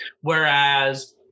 Whereas